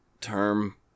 term